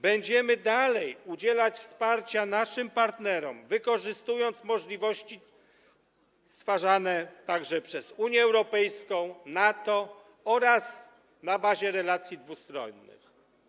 Będziemy dalej udzielać wsparcia naszym partnerom, wykorzystując możliwości stwarzane także przez Unię Europejską, NATO oraz na bazie relacji dwustronnych.